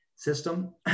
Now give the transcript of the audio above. system